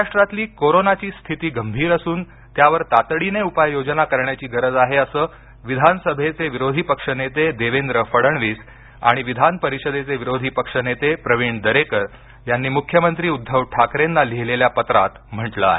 महाराष्ट्रातली कोरोनाची स्थिती गंभीर असून त्यावर तातडीने उपाययोजना करण्याची गरज आहे असं विधानसभेचे विरोधी पक्षनेते देवेंद्र फडणवीस आणि विधान परिषदेचे विरोधी पक्षनेते प्रवीण दरेकर यांनी मुख्यमंत्री उद्दव ठाकरेंना लिहिलेल्या पत्रात म्हटलं आहे